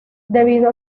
debido